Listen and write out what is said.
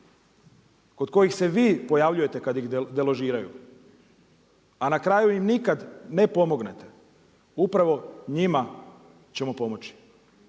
kod kojih se vi pojavljujete kada ih deložiraju, a na kraju im nikada ne pomognete upravo njima ćemo pomoći.